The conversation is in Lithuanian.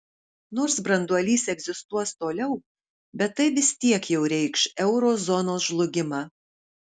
nors branduolys egzistuos toliau bet tai vis tiek jau reikš euro zonos žlugimą